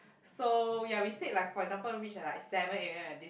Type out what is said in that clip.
so yea we said like for example reached at like seven A_M at this